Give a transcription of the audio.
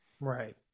Right